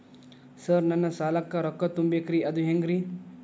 Sir ನನ್ನ ಸಾಲಕ್ಕ ರೊಕ್ಕ ತುಂಬೇಕ್ರಿ ಅದು ಹೆಂಗ್ರಿ?